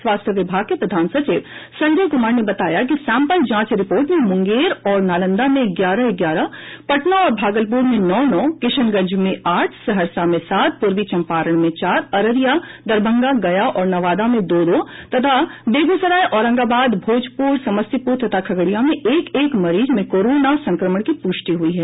स्वास्थ्य विभाग के प्रधान सचिव संजय कुमार ने बताया कि सैंपल जांच रिपोर्ट में मुंगेर और नालंदा में ग्यारह ग्यारह पटना और भागलपुर में नौ नौ किशनगंज में आठ सहरसा में सात पूर्वी चंपारण में चार अररिया दरभंगा गया और नवादा में दो दो तथा बेगूसराय औरंगाबाद भोजपुर समस्तीपुर तथा खगड़िया में एक एक मरीज में कोरोना संक्रमण की पूष्टि हुई है